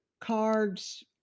cards